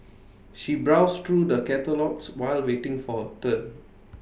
she browsed through the catalogues while waiting for turn